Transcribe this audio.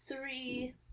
three